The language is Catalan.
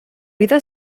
vida